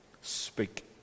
Speak